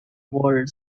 world